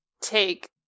take